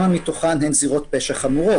אבל כמה מתוכן הן זירות פשע חמורות?